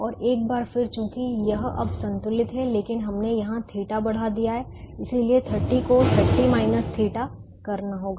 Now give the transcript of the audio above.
और एक बार फिर चूंकि यह अब संतुलित है लेकिन हमने यहां θ बढ़ा दिया है इसलिए 30 को 30 θ करना होगा